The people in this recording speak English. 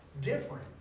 different